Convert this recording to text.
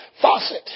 faucet